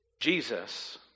Jesus